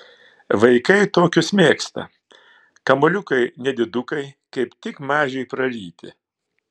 vaikai tokius mėgsta kamuoliukai nedidukai kaip tik mažiui praryti